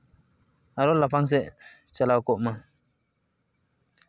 ᱟᱨᱚ ᱞᱟᱯᱷᱟᱝ ᱥᱮᱫ ᱪᱟᱞᱟᱣ ᱠᱚᱜ ᱢᱟ